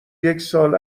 یکسال